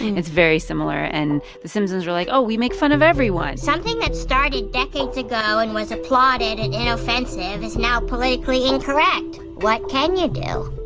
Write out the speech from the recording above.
it's very similar. and the simpsons were like, oh, we make fun of everyone something that started decades ago and was applauded and yeah inoffensive is now politically incorrect. what can you do?